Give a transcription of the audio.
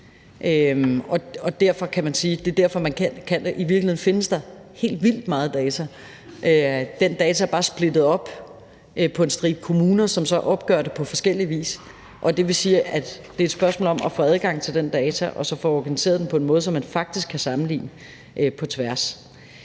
eksisterende systemer, og det er derfor, man kan det. I virkeligheden findes der helt vildt mange data, men de data er bare splittet op på en stribe kommuner, som så opgør det på forskellig vis, og det vil sige, at det er et spørgsmål om at få adgang til de data og så få dem organiseret på en måde, så man faktisk kan sammenligne på tværs.